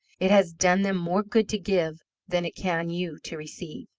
it has done them more good to give than it can you to receive,